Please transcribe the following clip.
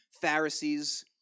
Pharisees